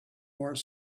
more